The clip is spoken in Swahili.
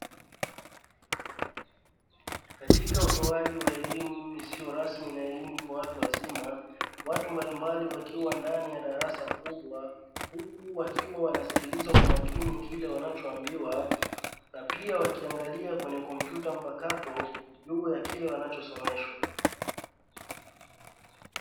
Katika utoaji wa elimu isiyo rasmi na elimu kwa watu wazima, watu mbalimbali wakiwa ndani ya darasa kubwa huku wakiwa wanasikiliza kwa makini kile wanachoambiwa, na pia wakiangalia kwenye kompyuta mpakato juu ya kile wanachosomeshwa.